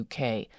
UK